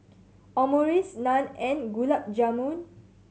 Omurice Naan and Gulab Jamun